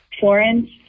Florence